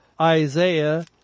Isaiah